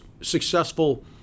successful